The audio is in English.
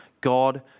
God